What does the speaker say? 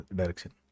direction